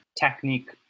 technique